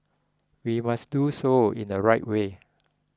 we must do so in the right way